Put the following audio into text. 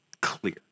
clear